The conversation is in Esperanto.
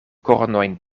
kornojn